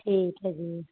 ਠੀਕ ਹੈ ਜੀ